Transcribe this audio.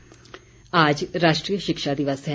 शिक्षा दिवस आज राष्ट्रीय शिक्षा दिवस है